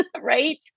right